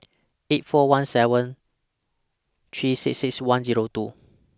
eight four one seven three six six one Zero two